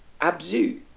Abzu